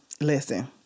listen